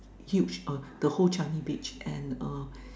huge uh the whole Changi Beach and uh